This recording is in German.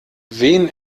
wen